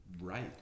right